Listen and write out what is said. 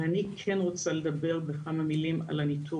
ואני כן רוצה לדבר בכמה מילים על הניתור